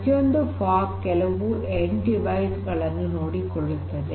ಪ್ರತಿಯೊಂದು ಫಾಗ್ ಕೆಲವು end device ಗಳನ್ನು ನೋಡಿಕೊಳ್ಳುತ್ತವೆ